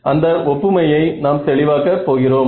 அந்த ஒப்புமையை நாம் தெளிவாக்க போகிறோம்